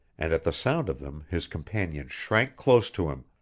and at the sound of them his companion shrank close to him,